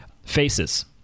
faces